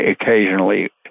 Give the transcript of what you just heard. occasionally